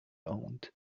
owned